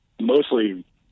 mostly